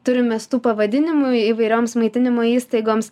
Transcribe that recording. turim mes tų pavadinimų įvairioms maitinimo įstaigoms